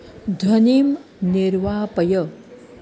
ध्वनिं निर्वापय